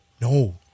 No